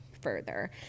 further